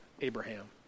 Abraham